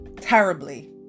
Terribly